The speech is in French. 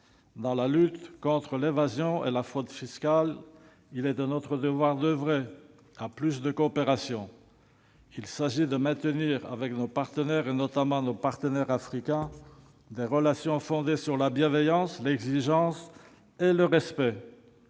Dans la lutte contre l'évasion et la fraude fiscales, il est de notre devoir d'oeuvrer à davantage de coopération. Il s'agit de maintenir avec nos partenaires, notamment africains, des relations fondées sur la bienveillance, l'exigence et le respect.